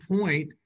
point